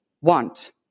want